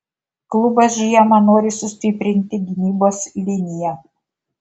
klubas žiemą nori sustiprinti gynybos liniją